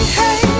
hey